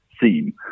theme